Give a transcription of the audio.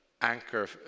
anchor